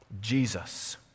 Jesus